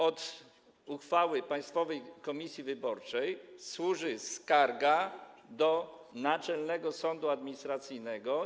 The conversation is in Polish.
Od uchwały Państwowej Komisji Wyborczej służy skarga do Naczelnego Sądu Administracyjnego.